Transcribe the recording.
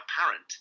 apparent